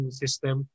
system